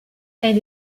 elle